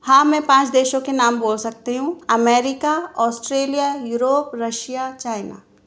हाँ मैं पाँच देशों के नाम बोल सकती हूँ America Australia Europe Russia China